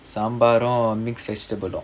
sambal or mixed vegetable lor